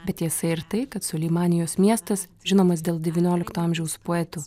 bet tiesa ir tai kad suleimanijos miestas žinomas dėl devyniolikto amžiaus poetų